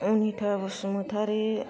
Anitha Basumatary